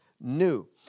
new